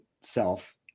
self